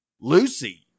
Lucy